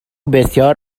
بسیار